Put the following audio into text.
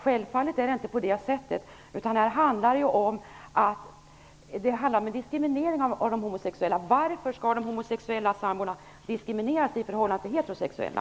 Självfallet är det inte på det sättet. Det handlar om en diskriminering av de homosexuella. Varför skall de homosexuella samborna diskrimineras i förhållande till heterosexuella?